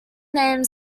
named